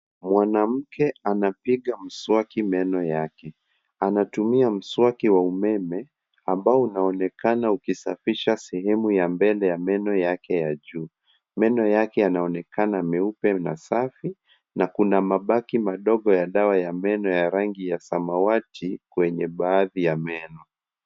Mwanamke anapiga mswaki meno yake. Anatumia mswaki wa umeme ambao unaonekana ukisafisha sehemu ya mbele ya meno yake ya juu. Meno yake yanaonekana meupe na safi na kuna mabaki madogo ya dawa ya meno ya rangi ya samawati kwenye baadhi ya meno.